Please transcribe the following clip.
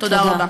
תודה רבה.